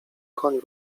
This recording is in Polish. koń